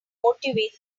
motivate